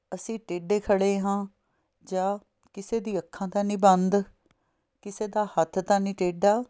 ਅਸੀਂ ਟੇਢੇ ਖੜ੍ਹੇ ਹਾਂ ਜਾਂ ਕਿਸੇ ਦੀਆਂ ਅੱਖਾਂ ਤਾਂ ਨਹੀਂ ਬੰਦ ਕਿਸੇ ਦਾ ਹੱਥ ਤਾਂ ਨਹੀਂ ਟੇਢਾ